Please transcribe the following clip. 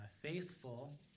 faithful